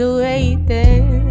waiting